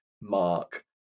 mark